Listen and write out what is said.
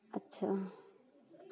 ᱟᱪᱪᱷᱟ